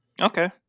Okay